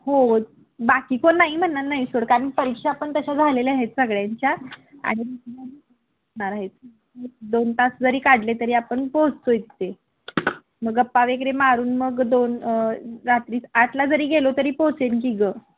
हो बाकी कोण नाही म्हणणार नाही सोड कारण परीक्षा पण तशा झालेल्या आहेत सगळ्यांच्या आणि नार आहेत दोन तास जरी काढले तरी आपण पोचतो आहे तिथे मग गप्पा वगैरे मारून मग दोन रात्री आठला जरी गेलो तरी पोचेन की गं